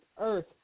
Earth